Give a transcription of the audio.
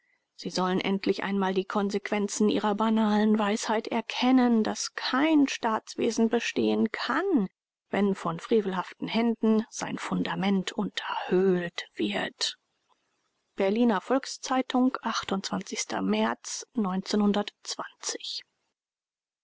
sie sollen endlich einmal die konsequenz ihrer banalen weisheit erkennen daß kein staatswesen bestehen kann wenn von frevelhaften händen sein fundament unterhöhlt wird berliner volks-zeitung märz